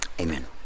Amen